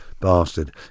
bastard